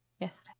Yes